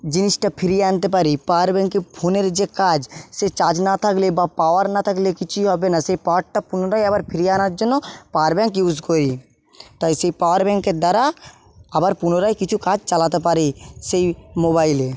জিনিসটা ফিরিয়ে আনতে পারি পাওয়ার ব্যাংকে ফোনের যে কাজ সেই চার্জ না থাকলে বা পাওয়ার না থাকলে কিছুই হবে না সেই পাওয়ারটা আবার পুনরায় ফিরিয়ে আনার জন্য পাওয়ার ব্যাংক ইউস করি তাই সেই পাওয়ার ব্যাংকের দ্বারা আবার পুনরায় কিছু কাজ চালাতে পারি সেই মোবাইলে